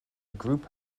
group